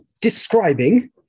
describing